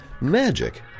magic